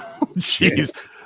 Jeez